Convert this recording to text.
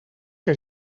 que